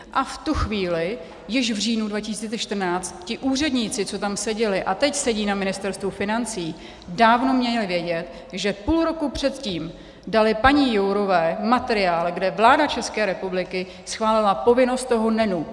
A v tu chvíli, již v říjnu 2014, ti úředníci, co tam seděli a teď sedí na Ministerstvu financí, dávno měli vědět, že půl roku předtím dali paní Jourové materiál, kde vláda České republiky schválila povinnost toho NENu.